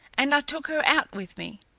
and i took her out with me.